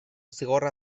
zigorra